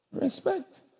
Respect